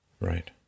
Right